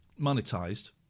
monetized